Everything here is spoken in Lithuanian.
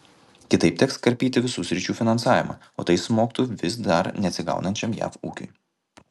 kitaip teks karpyti visų sričių finansavimą o tai smogtų vis dar neatsigaunančiam jav ūkiui